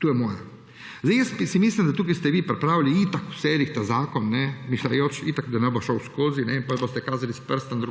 To je moje. Mislim, da ste tukaj vi pripravili itak v seriji ta zakon, misleč itak, da ne bo šel skozi, potem boste kazali s prstom